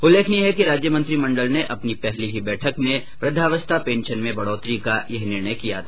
उल्लेखनीय है कि राज्य मंत्रिमण्डल ने अपनी पहली ही बैठक में वृद्धावस्था पेंशन में बढ़ोतरी का यह निर्णय किया था